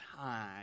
time